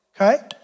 okay